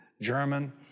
German